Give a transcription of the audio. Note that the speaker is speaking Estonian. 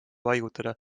paigutada